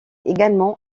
également